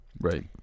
Right